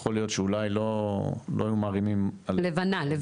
יכול להיות שאולי לא היו מערימים כ"כ